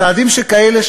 צעדים שכאלה,